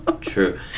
true